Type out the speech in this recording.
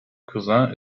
cousin